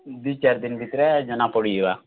ଦୁଇ ଚାର୍ ଦିନ୍ ଭିତ୍ରେ ଜନାପଡ଼ିଯିବା